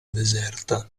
deserta